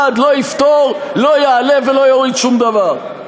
1% לא יפתור, לא יעלה ולא יוריד שום דבר.